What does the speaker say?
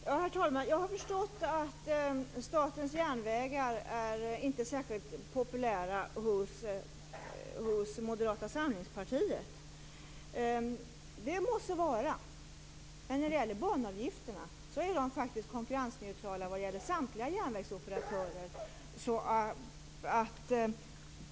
Herr talman! Jag har förstått att Statens järnvägar inte är särskilt populärt hos Moderata samlingspartiet. Det må så vara, men banavgifterna är faktiskt vad gäller samtliga järnvägsoperatörer konkurrensneutrala.